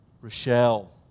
Rochelle